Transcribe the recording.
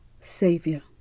Savior